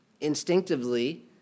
instinctively